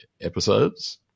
episodes